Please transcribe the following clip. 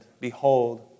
Behold